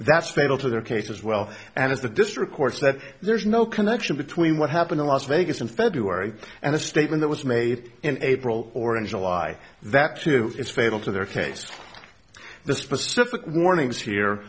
that's fatal to their case as well and as the district court said there's no connection between what happened in las vegas in february and the statement that was made in april or in july that too is fatal to their case the specific warnings here